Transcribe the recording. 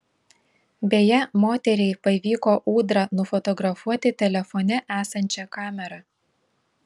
beje moteriai pavyko ūdrą nufotografuoti telefone esančia kamera